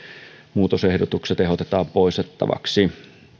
muutosehdotukset ehdotetaan poistettavaksi